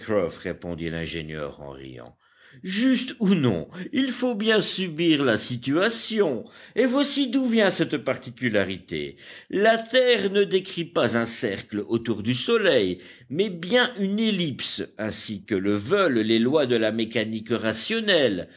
répondit l'ingénieur en riant juste ou non il faut bien subir la situation et voici d'où vient cette particularité la terre ne décrit pas un cercle autour du soleil mais bien une ellipse ainsi que le veulent les lois de la mécanique rationnelle